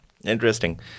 Interesting